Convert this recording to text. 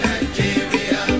Nigeria